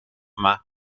yma